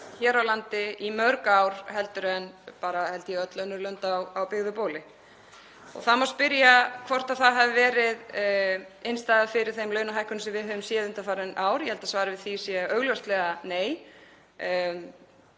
hér á landi í mörg ár heldur en bara, held ég, öll önnur lönd á byggðu bóli. Það má spyrja hvort það hafi verið innstæða fyrir þeim launahækkunum sem við höfum séð undanfarin ár. Ég held að svarið við því sé augljóslega nei.